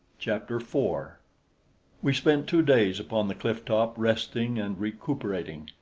chapter four we spent two days upon the cliff-top, resting and recuperating.